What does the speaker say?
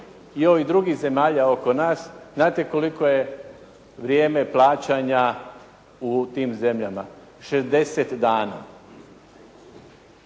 i ovih drugih zemalja oko nas. Znate koliko je vrijeme plaćanja u tim zemljama? 60 dana.